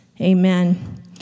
Amen